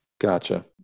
Gotcha